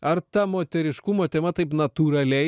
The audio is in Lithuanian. ar ta moteriškumo tema taip natūraliai